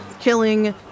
killing